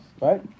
right